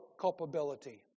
culpability